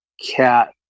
cat